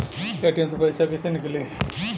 ATM से पैसा कैसे नीकली?